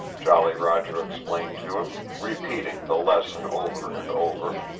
jolly roger explained to him, repeating the lesson over and over.